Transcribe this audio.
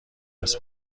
ارث